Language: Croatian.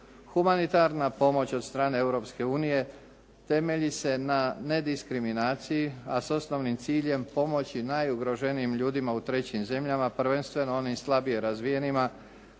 Humanitarna pomoć od strane Europske unije temelji se na nediskriminaciji a s osnovnim ciljem pomoći najugroženijim ljudima u trećim zemljama, prvenstveno onim slabije razvijenima,